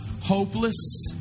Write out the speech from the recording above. hopeless